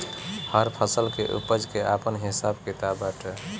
हर फसल के उपज के आपन हिसाब किताब बाटे